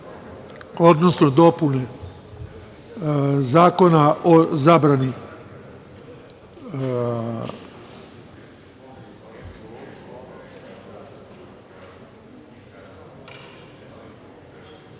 odnosno dopune Zakona o zabrani